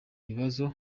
ibibazo